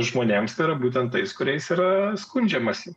žmonėms tai yra būtent tais kuriais yra skundžiamasi